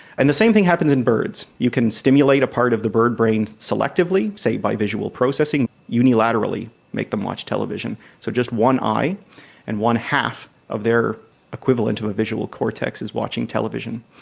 and the same thing happens in birds. you can stimulate a part of the birdbrain selectively, say by visual processing, unilaterally make them watch television, so just one eye and one half of their equivalent to a visual cortex is watching television.